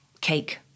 cake